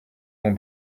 noms